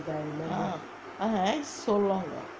ah X சொல்வாங்கே:solvaangae